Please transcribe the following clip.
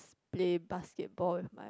play basketball